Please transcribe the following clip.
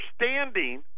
understanding